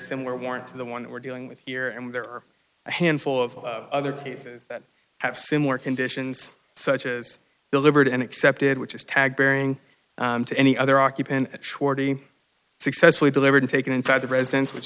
similar warrant to the one that we're dealing with here and there are a handful of other cases that have similar conditions such as delivered and accepted which is tagged bearing to any other occupant shorty successfully delivered taken inside the residence which